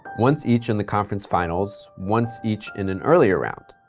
once each in the conference finals, once each in an earlier round,